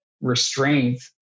restraint